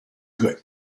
got